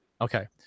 Okay